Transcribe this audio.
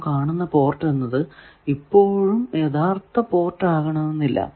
നാം കാണുന്ന പോർട്ട് ഇപ്പോഴും യഥാർത്ഥ പോർട്ട് ആകണമെന്നില്ല